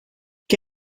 què